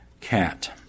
cat